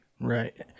Right